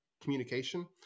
communication